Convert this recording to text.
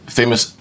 famous